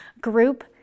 group